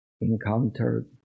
encounter